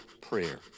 prayer